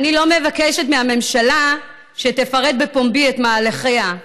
אני לא מבקשת מהממשלה שתפרט בפומבי את מהלכיה,